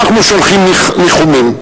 אנחנו שולחים ניחומים.